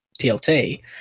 TLT